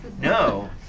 No